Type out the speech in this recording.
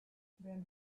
then